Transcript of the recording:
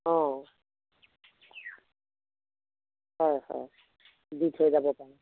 অঁ হয় হয় দি থৈ যাব পাৰে